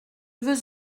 veux